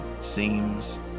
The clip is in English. seems